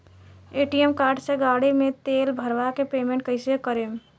ATM card से गाड़ी मे तेल भरवा के पेमेंट कैसे करेम?